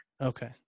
Okay